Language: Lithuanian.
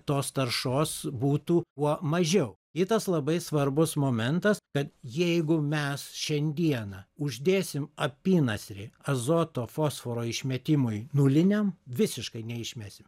tos taršos būtų kuo mažiau kitas labai svarbus momentas kad jeigu mes šiandieną uždėsim apynasrį azoto fosforo išmetimui nuliniam visiškai neišmesim